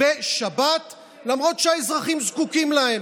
למרות שהאזרחים זקוקים להן.